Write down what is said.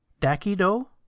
dakido